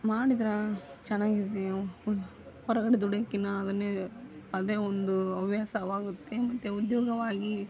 ಮಾಡಿದ್ರಾ ಚೆನ್ನಾಗಿದ್ದೀಯಾ ಹೊರಗಡೆ ದುಡಿಯೋಕಿಂತ ಅದನ್ನೇ ಅದೇ ಒಂದು ಹವ್ಯಾಸವಾಗುತ್ತೆ ಮತ್ತು ಉದ್ಯೋಗವಾಗಿ